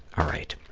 all right.